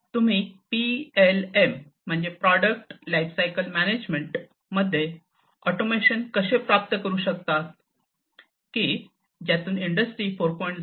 तुम्ही पीएलएम म्हणजे product lifecycle management मध्ये ऑटोमेशन कसे प्राप्त करू शकता की ज्यातून इंडस्ट्री 4